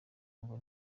ngo